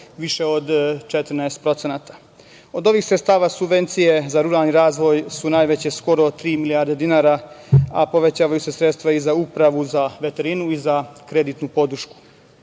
više od 14%. Od ovih sredstava subvencije za ruralni razvoj su najveće, skoro tri milijarde dinara, a povećavaju se sredstva i za Upravu za veterinu i za kreditnu podršku. Usled